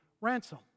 ransom